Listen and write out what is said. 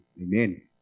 amen